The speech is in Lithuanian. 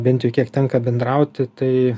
bent jau kiek tenka bendrauti tai